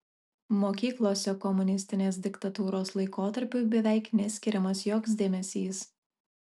mokyklose komunistinės diktatūros laikotarpiui beveik neskiriamas joks dėmesys